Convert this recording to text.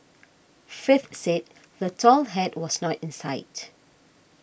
faith said the tall hat was not in sight